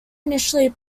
initially